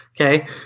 Okay